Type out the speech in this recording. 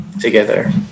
together